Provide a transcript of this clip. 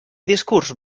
discurs